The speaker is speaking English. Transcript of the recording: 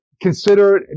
consider